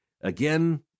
again